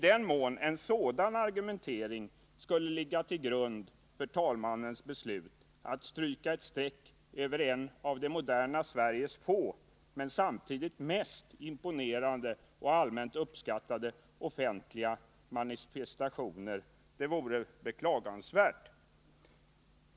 Om en sådan argumentering skulle ligga till grund för talmannens beslut att stryka ett streck över en av det moderna Sveriges få men samtidigt mest imponerande och allmänt uppskattade offentliga manifestationer vore det beklagansvärt.